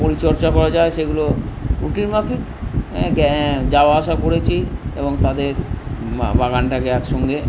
পরিচর্যা করা যায় সেগুলো রুটিন মাফিক যাওয়া আসা করেছি এবং তাদের বাগানটাকে একসঙ্গে